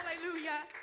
hallelujah